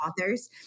authors